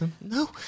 No